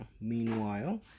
Meanwhile